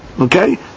Okay